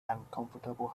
uncomfortable